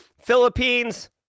Philippines